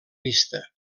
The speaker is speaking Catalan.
vista